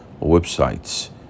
websites